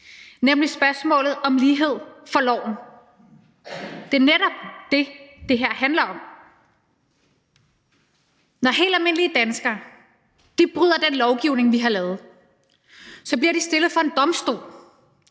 nemlig om spørgsmålet om lighed for loven. Det er netop det, det her handler om: Når helt almindelige danskere bryder den lovgivning, vi har lavet, og så bliver de stillet for en domstol,